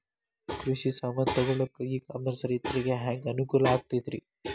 ಕೃಷಿ ಸಾಮಾನ್ ತಗೊಳಕ್ಕ ಇ ಕಾಮರ್ಸ್ ರೈತರಿಗೆ ಹ್ಯಾಂಗ್ ಅನುಕೂಲ ಆಕ್ಕೈತ್ರಿ?